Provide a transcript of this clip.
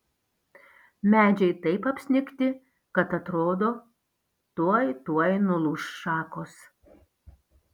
medžiai taip apsnigti kad atrodo tuoj tuoj nulūš šakos